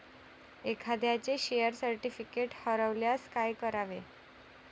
एखाद्याचे share certificate हरवल्यास काय करावे?